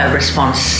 response